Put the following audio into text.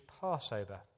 Passover